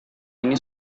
ini